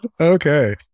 okay